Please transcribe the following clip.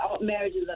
marriages